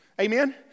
amen